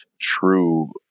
true